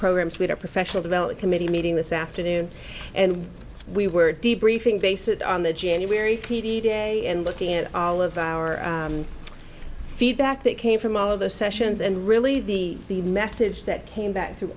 programs with our professional develop committee meeting this afternoon and we were deep briefing base it on the january p d day and looking at all of our feedback that came from all of the sessions and really the message that came back through